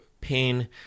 pain